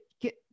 get